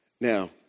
Now